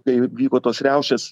kai vyko tos riaušės